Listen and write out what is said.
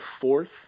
fourth